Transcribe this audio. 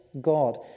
God